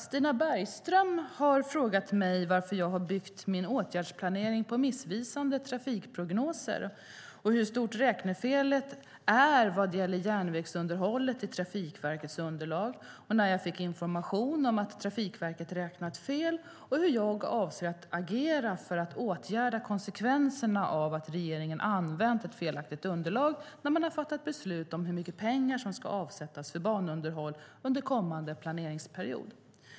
Stina Bergström har frågat mig varför jag har byggt min åtgärdsplanering på missvisande trafikprognoser hur stort räknefelet är vad gäller järnvägsunderhållet i Trafikverkets underlag när jag fick information om att Trafikverket räknat fel hur jag avser att agera för att åtgärda konsekvenserna av att regeringen använt ett felaktigt underlag när man har fattat beslut om hur mycket pengar som ska avsättas för banunderhåll under kommande planeringsperiod.